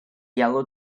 yellow